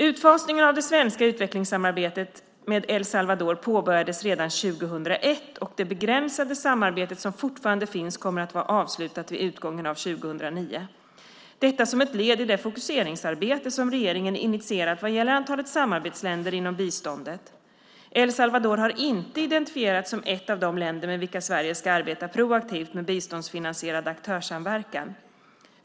Utfasningen av det svenska utvecklingssamarbetet med El Salvador påbörjades redan 2001 och det begränsade samarbetet som fortfarande finns kommer att vara avslutat vid utgången av 2009 - detta som ett led i det fokuseringsarbete som regeringen har initierat vad gäller antalet samarbetsländer inom biståndet. El Salvador har inte identifierats som ett av de länder med vilka Sverige ska arbeta proaktivt med biståndsfinansierad aktörssamverkan.